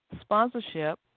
sponsorship